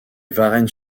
varennes